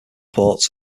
ports